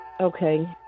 Okay